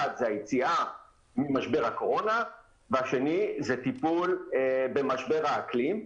הראשון זה היציאה ממשבר הקורונה והשני זה טיפול במשבר האקלים.